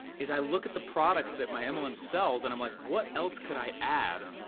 is i look at the products that my mlm sells and i'm like, what else could i add,